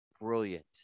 brilliant